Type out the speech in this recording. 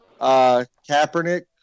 Kaepernick